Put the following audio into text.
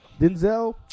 Denzel